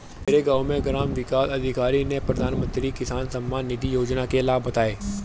मेरे गांव में ग्राम विकास अधिकारी ने प्रधानमंत्री किसान सम्मान निधि योजना के लाभ बताएं